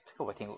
这个我听过